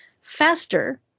faster